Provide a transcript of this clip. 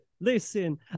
Listen